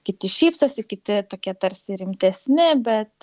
kiti šypsosi kiti tokie tarsi rimtesni bet